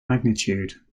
magnitude